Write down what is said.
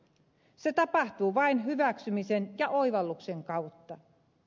se tapahtuu vain hyväksymisen ja oivalluksen kautta